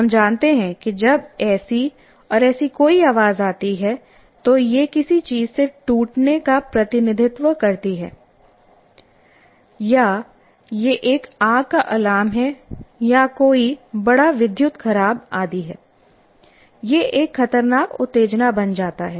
हम जानते हैं कि जब ऐसी और ऐसी कोई आवाज आती है तो यह किसी चीज के टूटने का प्रतिनिधित्व करती है या यह एक आग का अलार्म है या कोई बड़ा विद्युत खराब आदि है यह एक खतरनाक उत्तेजना बन जाता है